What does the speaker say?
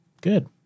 Good